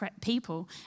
people